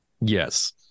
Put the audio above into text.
Yes